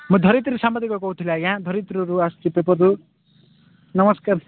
ମୁଁ ଧରିତ୍ରୀ ସାମ୍ବାଦିକ କହୁଥିଲି ଆଜ୍ଞା ଧରିତ୍ରୀରୁ ଆସିଛି ପେପରରୁ ନମସ୍କାର